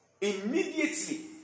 immediately